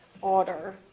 Order